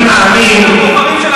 אני לא מאמין למה שאני שומע.